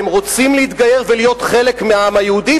והם רוצים להתגייר ולהיות חלק מהעם היהודי,